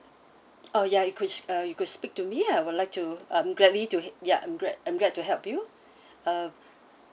oh ya you could uh you could speak to me I would like to I'm gladly to he~ ya I'm glad I'm glad to help you um